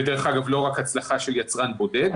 ודרך אגב לא רק הצלחה של יצרן בודד.